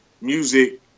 music